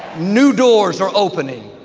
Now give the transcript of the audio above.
new doors are opening.